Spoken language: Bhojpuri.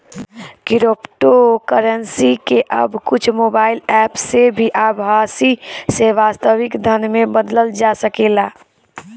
क्रिप्टोकरेंसी के अब कुछ मोबाईल एप्प से आभासी से वास्तविक धन में बदलल जा सकेला